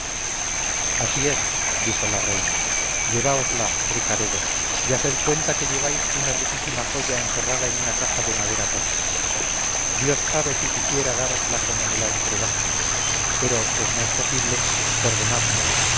así es dijo la reina lleváosla ricaredo y haced cuenta que lleváis una riquísima joya encerrada en una caja de madera tosca dios sabe si quisiera dárosla como me la entregastes pero pues no es posible perdonadme